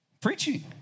preaching